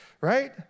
right